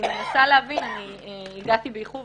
הגעתי באיחור,